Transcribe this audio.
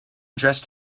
dressed